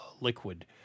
liquid